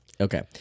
okay